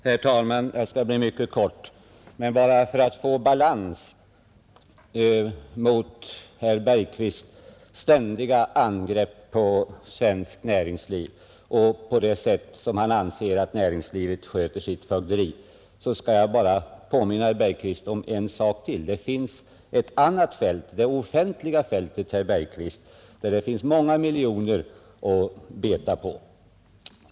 Herr talman! Jag skall fatta mig mycket kort. Men bara för att få balans mot herr Bergqvists ständiga angrepp på svenskt näringsliv och det sätt som han anser att näringslivet sköter sitt fögderi på skall jag påminna herr Bergqvist om en sak: Det finns ett annat fält, det offentliga fältet, där det är många miljoner att beta på.